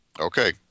Okay